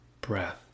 breath